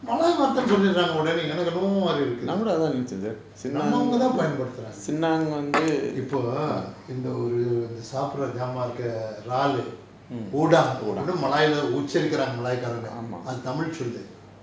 malay வார்தன்னு சொல்லிர்றாங்க உடனே எனக்கு என்னமோ மாறி இருக்கு நம்மவங்க தான் பயன்படுத்துறாங்க இப்போ இந்த ஒரு இந்த சாப்புற சாமான் இருக்கே றாலு:vaarthannu solliraanga udane enakku ennamo maari irukku nammavanga thaan payanpaduthuraanga ippo intha oru intha saapura saaman irukke raalu udang அப்படின்னு:appadinnu malay leh ல உச்சரிக்கிறாங்க:ucharikkiraanga malay காரங்க அது:kaaranga athu tamil சொல்லு:sollu